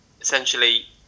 essentially